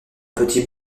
petit